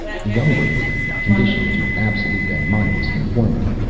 the younger barrent, conditioned to absolute and mindless conformity,